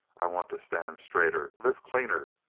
i want to stand straighter, live cleaner.